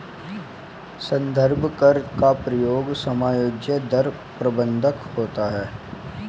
संदर्भ दर का प्रयोग समायोज्य दर बंधक होता है